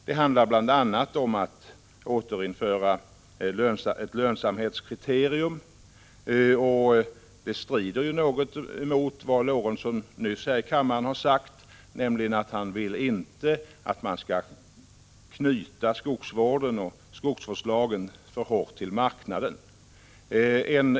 Det handlar bl.a. om att återinföra ett lönsamhetskriterium, och det strider något emot vad Sven Eric Lorentzon nyss sade, nämligen att han inte vill knyta skogsvården och skogsvårdslagen för hårt till marknaden.